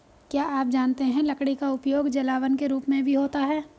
क्या आप जानते है लकड़ी का उपयोग जलावन के रूप में भी होता है?